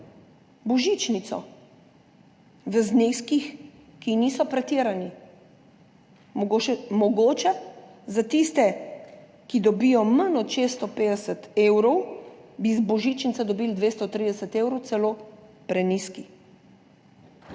božičnico, v zneskih, ki niso pretirani, mogoče za tiste, ki dobijo manj od 650 evrov, bi božičnice dobili 230 evrov, celo prenizki.